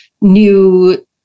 new